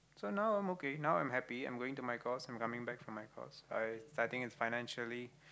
so now I'm okay now I'm happy I'm going to my course I'm coming back from my course I starting financially